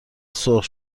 سرخ